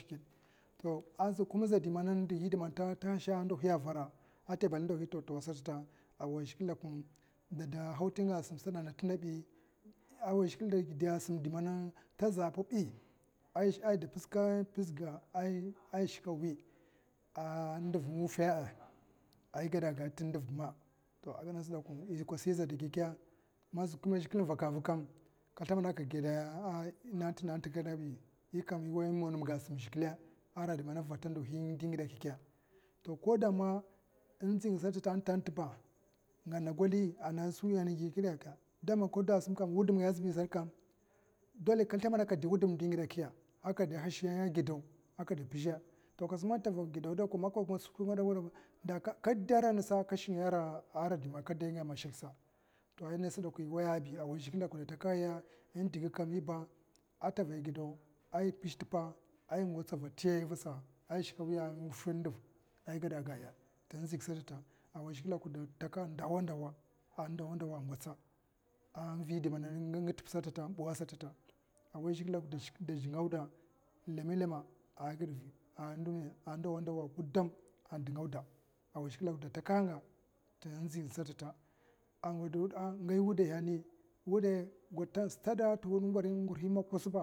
To azadi kuma man taza ndohi a vara a ta basid ndohi taw tawa sasata a wai zhikle dakun deda hadnga a simstad a na tingabi wai zhikle ɗadiya a sim man ta zha a pabi ai die gizhkan pizhga ai shakawi a ndur wuffa'a, igwada nduvma izada gike man zhikle invaka vaka vakam ka slambada aka gud nata nata abi yikam iwai man mga a sim zhikle ara diman avata ndi ngidakakke to koda man inzinga sattata tantaba ngana goli man inzi nga sattata tantaba ngana goli ana suya nagi klinka daman kada a simkanu wudumnga azibi satkam dole ka slimbada a kadu wudum ngidakke a kade hash a gidaw in pizha ko kos mam tavak a gidaw dak maka gwats skwi man ka gede wura dokwa daka deranasa a ka shik ngaya ara diman ka dingayaisa to innas dakwa iwaibi iwai zhikle gwada takahaya indiga kamiba tavai gidaw i pzh tippa gwatsa a vati a yavasa'a i shira wiya wuff ndiv igadagaya ting nzig sata iwai zhikle dakwa da takaha ndawa ndawa a ndawa ndawa a ngatsa a vidi man nga tippa sata inbuwa sata awai zhikle a ndawa ndawa gudam a dingawda da takahanga tin nzing sata a nga daw da wudai gwatin stad ndi moksibba.